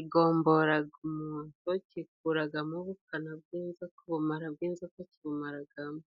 igomboraga umuntu kikuragamo ubukana bw'inzoka ubumara bw'inzoka ibumaragamo